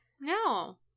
No